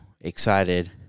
excited